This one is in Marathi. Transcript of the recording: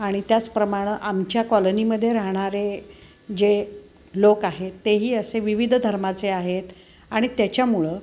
आणि त्याचप्रमाणं आमच्या कॉलनीमध्ये राहणारे जे लोक आहेत तेही असे विविध धर्माचे आहेत आणि त्याच्यामुळं